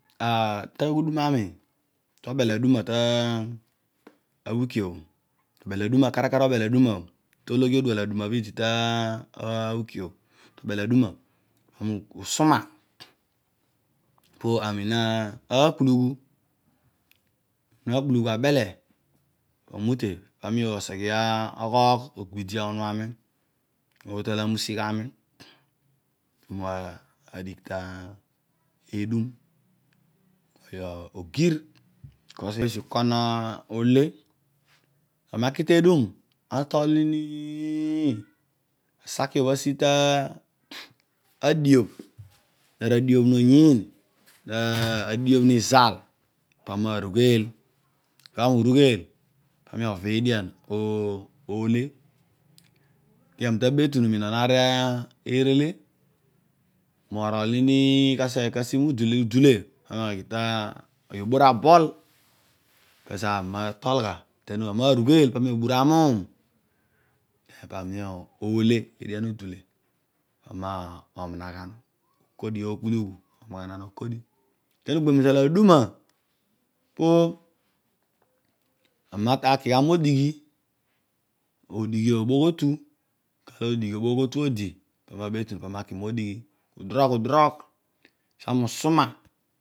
Ah taghudum ami tobel aduma ta wiki obho obel aduma tolo ghi obual aduma bho odi ta wiki bho obel aduma aamin usuma pami ana kpu lughu ami abele amute pami oseghe oghogh ogbidiu anuaami otala aghisigh aami paami ana digh tedum moghi ogir bkos opo osi ubol nole aami aki tedum atol nini asaki bho asi ta diobh nara adiob noyiin nadiobh nizal pami narugheel ibami urugheel paami ora edian ole kedio ami tabetonu minon arerele morol nini kaseghe moosi to dule udule pami oghi ta ughi obor abol kezo ami notol gha den aami narugbe aami oghi obura amuum den ole edian udule pami na maghanan kodi akpulu ghu ogbiom izal aduma poani naki gha modoghi odighi obogu otu odighi obogh otu odi pami na betunu naki pami naki modigh udirogh udirogh ezo ami usuma